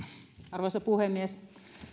arvoisa puhemies